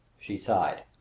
she sighed.